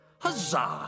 Huzzah